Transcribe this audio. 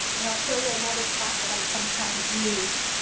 and i'll show you another prop that i sometimes use.